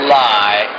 lie